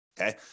okay